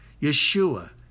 Yeshua